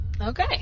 Okay